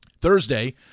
Thursday